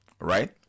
right